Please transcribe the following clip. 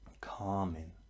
calming